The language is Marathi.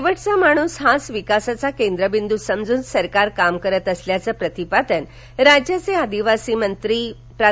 शेवाच्या माणूस हाच विकासाचा केंद्रबिंद् समजून सरकार काम करीत असल्याचं प्रतिपादन राज्याचे आदिवासी विकास मंत्री प्रा